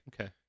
okay